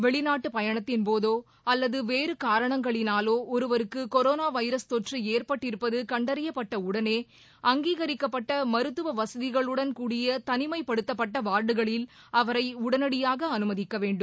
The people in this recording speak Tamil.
வெளிநாட்டு பயணத்தின் போது அல்லது வேறு காரணங்களினாலோ ஒருவருக்கு வைரஸ் தொற்று ஏற்பட்டிருப்பது கண்டறியப்பட்ட உடனே அங்கீகரிக்கப்பட்ட மருத்துவ வசதிகளுடன் கூடிய தனிமைப்படுத்தப்பட்ட வார்டுகளில் அவரை உடனடியாக அனுமதிக்க வேண்டும்